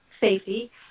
Safety